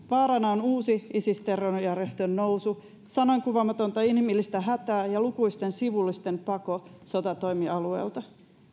vaarana ovat isis terrorijärjestön uusi nousu sanoinkuvaamaton inhimillinen hätä ja lukuisten sivullisten pako sotatoimialueelta